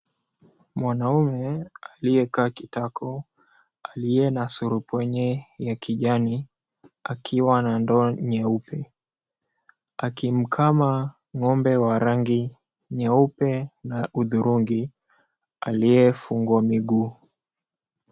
Mwanaume aliye, kaa kitako aliye na surupwenye ya kijani akiwa na ndoo nyeupe akimkaa ngombe wa randi nyeupe na hudhurungi alyefungwa miguu.